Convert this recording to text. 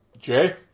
Jay